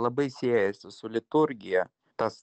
labai siejasi su liturgija tas